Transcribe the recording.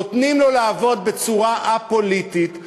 נותנים לו לעבוד בצורה א-פוליטית,